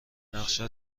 نقشت